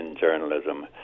journalism